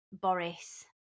Boris